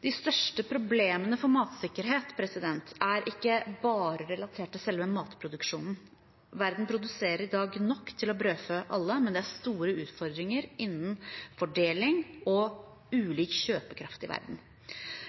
De største problemene for matsikkerhet er ikke bare relatert til selve matproduksjonen. Verden produserer i dag nok til å brødfø alle, men det er store utfordringer innen fordeling og ulik kjøpekraft i verden.